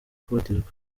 kubatizwa